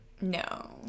No